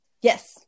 Yes